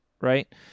right